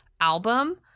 album